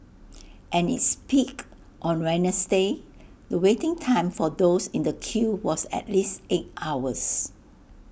and its peak on Wednesday the waiting time for those in the queue was at least eight hours